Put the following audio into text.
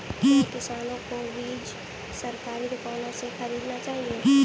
क्या किसानों को बीज सरकारी दुकानों से खरीदना चाहिए?